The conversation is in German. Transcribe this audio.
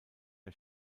der